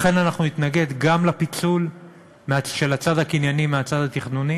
לכן נתנגד גם לפיצול של הצד הקנייני מהצד התכנוני